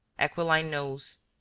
aquiline nose,